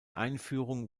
einführung